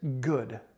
good